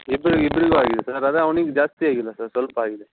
ಇಬ್ಬರಿಗೂ ಆಗಿದೆ ಸರ್ ಅದೆ ಅವ್ನಿಗೆ ಜಾಸ್ತಿ ಆಗಿಲ್ಲ ಸರ್ ಸ್ವಲ್ಪ ಆಗಿದೆ